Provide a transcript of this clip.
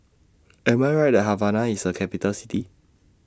Am I Right that Havana IS A Capital City